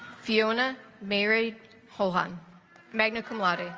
fiona mary hold on magna cum laude